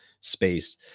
space